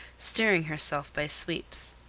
steering herself by sweeps.